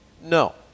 No